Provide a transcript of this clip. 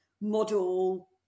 model